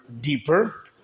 deeper